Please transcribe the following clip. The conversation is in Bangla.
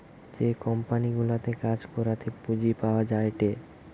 যে কোম্পানি গুলাতে কাজ করাতে পুঁজি পাওয়া যায়টে